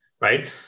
right